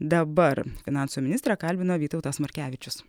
dabar finansų ministrą kalbino vytautas markevičius